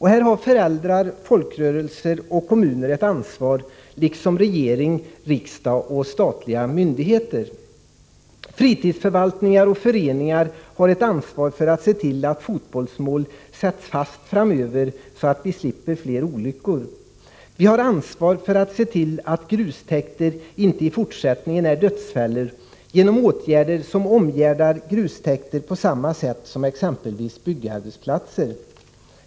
Här har föräldrar, folkrörelser och kommuner ett ansvar liksom regering, riksdag och statliga myndigheter. Fritidsförvaltningar och föreningar har ett ansvar för att se till att fotbollsmål sätts fast framöver, så att vi slipper fler olyckor. Vi har ansvar för att se till att grustäkter inte i fortsättningen är dödsfällor genom att omgärda grustäkter på samma sätt som exempelvis byggarbetsplatser.